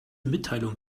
mitteilung